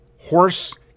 horse